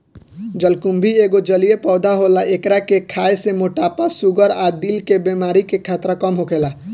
जलकुम्भी एगो जलीय पौधा होला एकरा के खाए से मोटापा, शुगर आ दिल के बेमारी के खतरा कम होखेला